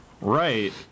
right